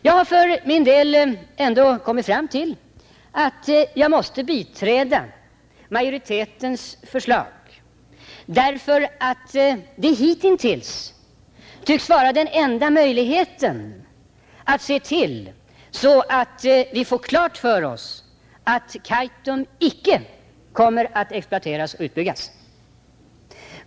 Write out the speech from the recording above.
Jag har ändå kommit fram till att jag måste biträda majoritetens förslag därför att det tycks vara den enda möjligheten hittills att se till att vi får klart för oss att Kaitum icke kommer att exploateras och utbyggas.